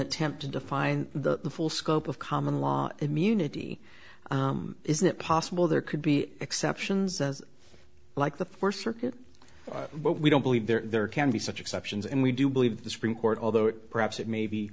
attempt to define the full scope of common law immunity is it possible there could be exceptions like the first circuit but we don't believe there can be such exceptions and we do believe the supreme court although it perhaps it may be